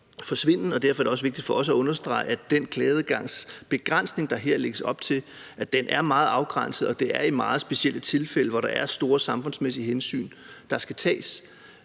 forsvinde. Derfor er det også vigtigt for os at understrege, at begrænsningen af den klageadgang, der her lægges op til, er meget afgrænset, og at det handler om meget specielle tilfælde, hvor der er store samfundsmæssige hensyn, der skal tages.